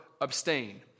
abstain